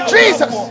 Jesus